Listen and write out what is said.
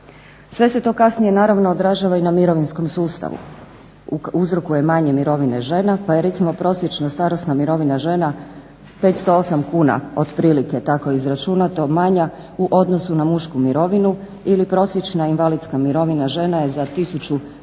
Sve se to kasnije naravno odražava i na mirovinskom sustavu, uzrokuje manje mirovine žena pa je recimo prosječna starosna mirovina žena 508 kuna, otprilike tako je izračunato, manja u odnosu na mušku mirovinu ili prosječna invalidska mirovina žene je za 1013 kuna